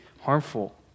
harmful